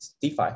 DeFi